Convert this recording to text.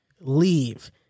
leave